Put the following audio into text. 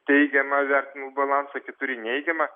teigiamą vertinimų balansą keturi neigiamą